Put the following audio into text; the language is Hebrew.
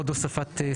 עוד הוספת סעיף.